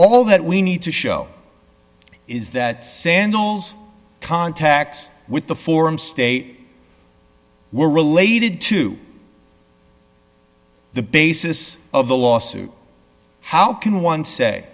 all that we need to show is that sandals contacts with the forum state were related to the basis of the lawsuit how can one say